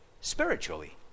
spiritually